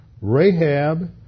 Rahab